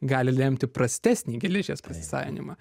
gali lemti prastesnį geležies pasisavinimą